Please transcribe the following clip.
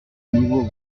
nouveau